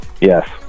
Yes